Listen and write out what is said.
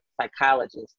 psychologist